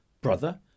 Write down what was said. brother